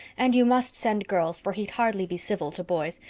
and you must send girls, for he'd hardly be civil to boys.